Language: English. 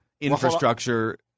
infrastructure